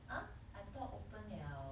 ah I thought open liao